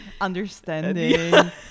understanding